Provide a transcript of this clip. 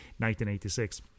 1986